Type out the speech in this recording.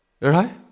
right